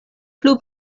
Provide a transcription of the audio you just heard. plu